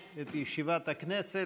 ישיבת הכנסת.